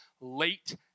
late